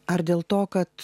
ar dėl to kad